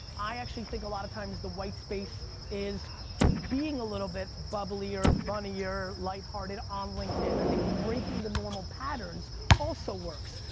i actually think a lot of times the white space is being a little bit bubbly or funny or lighthearted on linkedin. i think breaking the normal patterns also works.